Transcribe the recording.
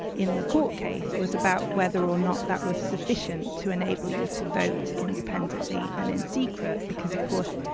in the court case, was about whether or not that was sufficient to enable you to vote independently and in secret because, of course,